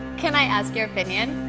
can i ask your opinion?